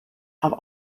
have